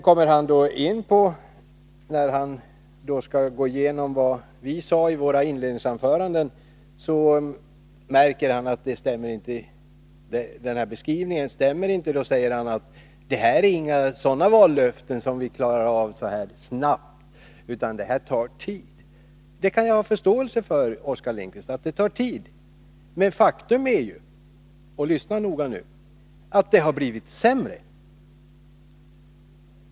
När han sedan skulle gå igenom vad vi sade i våra inledningsanföranden, märkte han att denna beskrivning inte stämmer. Då sade han: Detta är inte sådana vallöften som vi klarar av snabbt, utan det tar tid. Att det tar tid kan jag ha förståelse för, Oskar Lindkvist. Men faktum är — och lyssna nu noga — att det har blivit sämre.